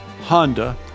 Honda